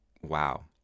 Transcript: Wow